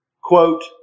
quote